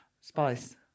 Spice